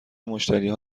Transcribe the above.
مشتریها